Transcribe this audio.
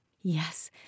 Yes